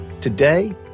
today